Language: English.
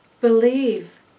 Believe